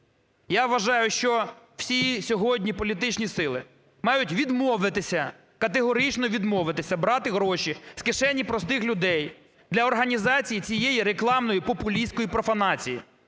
Я вважаю, що всі сьогодні політичні сили мають відмовитися, категорично відмовитися брати гроші з кишені простих людей для організації цієї рекламної популістської профанації,